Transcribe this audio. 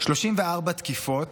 34 תקיפות